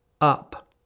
up